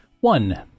One